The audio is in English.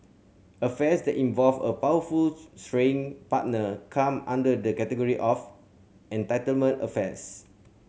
affairs that involve a powerful straying partner come under the category of entitlement affairs